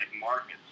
markets